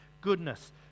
goodness